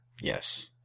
Yes